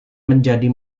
menjadi